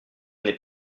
n’est